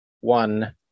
one